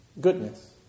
goodness